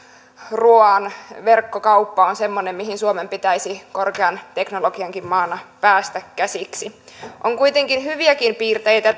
ruoan verkkokauppa on semmoinen mihin suomen pitäisi korkean teknologiankin maana päästä käsiksi on kuitenkin hyviäkin piirteitä